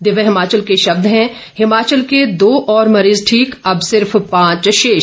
दिव्य हिमाचल के शब्द हैं हिमाचल के दो और मरीज ठीक अब सिर्फ पांच शेष